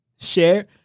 share